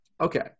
Okay